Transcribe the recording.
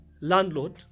landlord